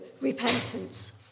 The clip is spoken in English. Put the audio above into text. repentance